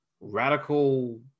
radical